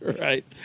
Right